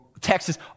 Texas